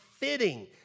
fitting